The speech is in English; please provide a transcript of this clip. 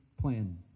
plan